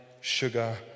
sugar